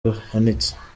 ruhanitse